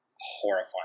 horrifying